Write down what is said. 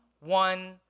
one